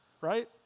right